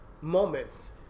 moments